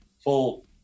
full